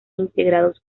integrados